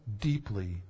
deeply